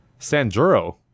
Sanjuro